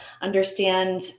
understand